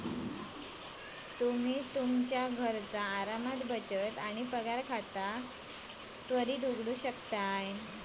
तुम्ही तुमच्यो घरचा आरामात बचत आणि पगार खाता त्वरित उघडू शकता